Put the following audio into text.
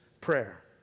prayer